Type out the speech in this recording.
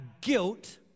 guilt